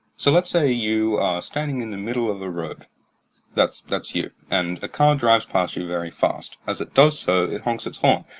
so let's say you are standing in the middle of the road that's that's you and a car drives past you very fast. as it does so, it honks its horn,